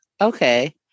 okay